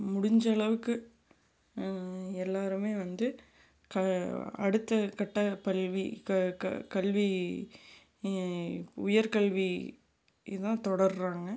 முடிஞ்ச அளவுக்கு எல்லாருமே வந்து க அடுத்த கட்ட பல்வி கல்வி உயர்கல்விதான் தொடருறாங்க